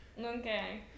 okay